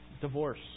divorce